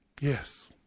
Yes